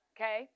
okay